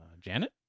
Janet